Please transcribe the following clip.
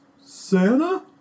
Santa